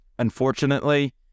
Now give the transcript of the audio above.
unfortunately